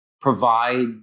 provide